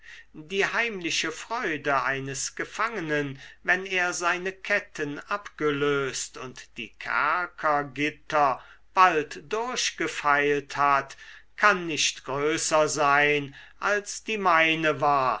die heimliche freude eines gefangenen wenn er seine ketten abgelöst und die kerkergitter bald durchgefeilt hat kann nicht größer sein als die meine war